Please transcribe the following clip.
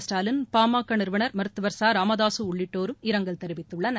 ஸ்டாலின் பாமக நிறுவனர் மருத்துவர் ச ராமதாசு உள்ளிட்டோரும் இரங்கல் தெரிவித்துள்ளனர்